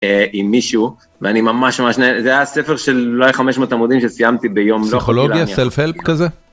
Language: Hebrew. עם מישהו ואני ממש ממש נהנה, זה היה ספר של לא היה 500 עמודים שסיימתי ביום לא חולה, פסיכולוגיה סלפלפ כזה.